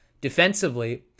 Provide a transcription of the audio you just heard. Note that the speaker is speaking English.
defensively